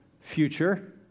future